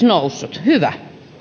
noussut hyvä